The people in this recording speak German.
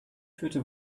führte